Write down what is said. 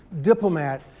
diplomat